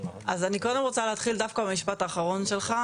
אז אני קודם רוצה להתחיל דווקא במשפט האחרון שלך,